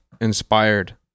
inspired